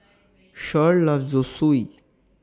Cher loves Zosui